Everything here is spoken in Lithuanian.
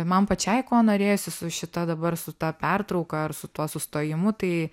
man pačiai ko norėjosi su šita dabar su ta pertrauka ar su tuo sustojimu tai